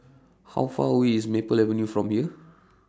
How Far away IS Maple Avenue from here